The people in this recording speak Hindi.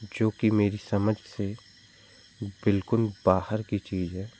जो की मेरी समझ से बिलकुल बाहर की चीज है